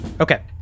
Okay